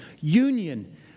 union